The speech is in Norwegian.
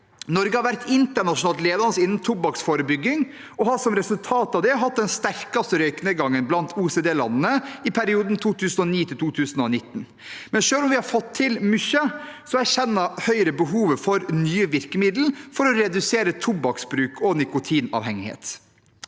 Norge har vært internasjonalt ledende innen tobakksforebygging, og har som resultat av det hatt den sterkeste røykenedgangen blant OECD-landene i perioden 2009–2019. Likevel, selv om vi har fått til mye, erkjenner Høyre behovet for nye virkemidler for å redusere tobakksbruk og nikotinavhengighet.